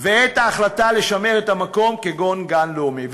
וביטול ההחלטה לשמר את המקום כגן לאומי.